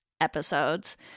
episodes